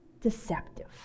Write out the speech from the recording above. deceptive